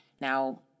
Now